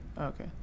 Okay